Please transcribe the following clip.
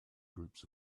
groups